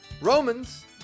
Romans